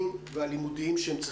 ויש אלפים